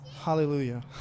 hallelujah